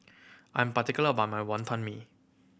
I'm particular about my Wonton Mee